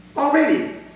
Already